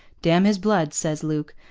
damn his blood, says luke,